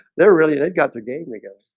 they're really they've got the game again.